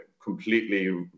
completely